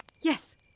Yes